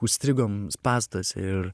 užstrigom spąstuose ir